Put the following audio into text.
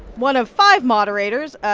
one of five moderators,